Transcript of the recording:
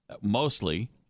mostly